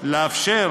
לאפשר